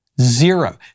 Zero